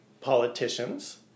politicians